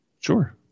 Sure